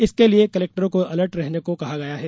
इसके लिए कलेक्टरों को अलर्ट रहने के लिए कहा गया है